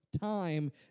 time